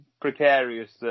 precarious